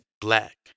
black